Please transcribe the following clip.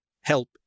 help